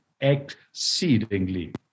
exceedingly